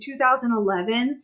2011